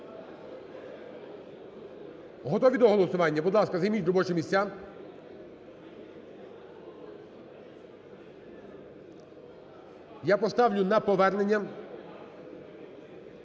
Готові до голосування? Будь ласка, займіть робочі місця. Я поставлю на повернення.